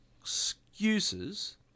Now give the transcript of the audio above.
excuses